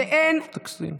אוותר עליה.